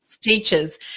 teachers